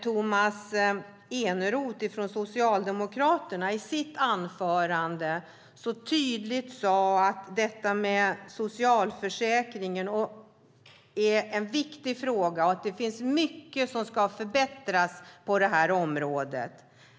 Tomas Eneroth från Socialdemokraterna sade tydligt i sitt anförande att frågan om socialförsäkringen är viktig och att det finns mycket som ska förbättras på det området.